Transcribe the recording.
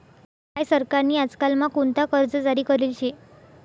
काय सरकार नी आजकाल म्हा कोणता कर्ज जारी करेल शे